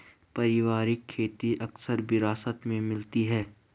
पारिवारिक खेती अक्सर विरासत में मिलती है